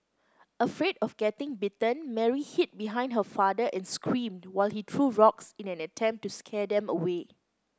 afraid of getting bitten Mary hid behind her father and screamed while he threw rocks in an attempt to scare them away